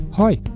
Hi